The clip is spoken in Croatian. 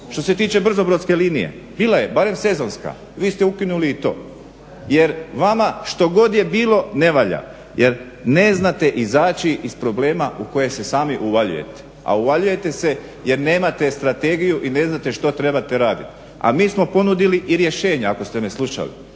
Što se tiče brzo brodske linije bila je, barem sezonska. Vi ste ukinuli i to. Jer vama što god je bilo ne valja, jer ne znate izaći iz problema u koje se sami uvaljujete a uvaljujete se jer nemate strategiju i ne znate što trebate raditi. A mi smo ponudili i rješenje ako ste me slušali.